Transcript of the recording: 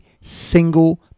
single